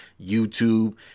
YouTube